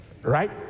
Right